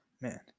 man